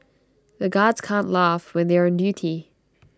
the guards can't laugh when they are on duty